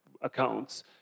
accounts